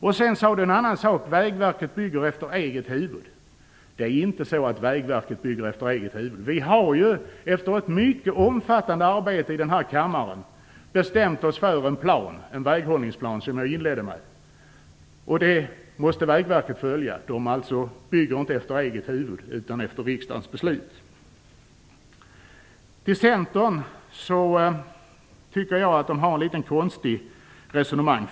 Elisa Abascal Reyes sade också att Vägverket bygger efter eget huvud. Det är inte så. Vi har efter ett mycket omfattande arbete i denna kammare bestämt oss för en väghållningsplan. Den måste Vägverket följa. Man bygger alltså inte efter eget huvud utan efter riksdagens beslut. Jag tycker att Centern har ett litet konstigt resonemang.